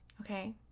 Okay